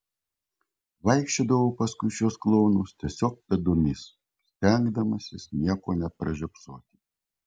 vaikščiodavau paskui šiuos klounus tiesiog pėdomis stengdamasis nieko nepražiopsoti